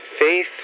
Faith